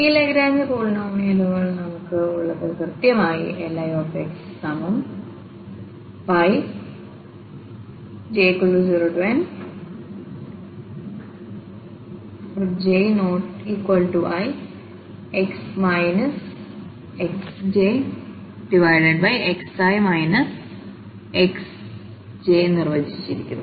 ഈ ലഗ്രാഞ്ച് പോളിനോമിയലുകൾ നമുക്ക് ഉള്ളത് കൃത്യമായിLixj0 j≠i nx xjxi xj നിർവചിച്ചിരിക്കുന്നു